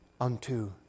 unto